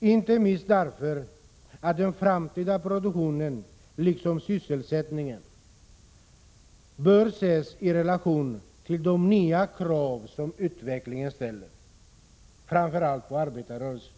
inte minst därför att den framtida produktionen liksom sysselsättningen bör ses i relation till de nya krav som utvecklingen ställer framför allt på arbetarrörelsen.